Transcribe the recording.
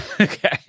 okay